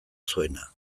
zuena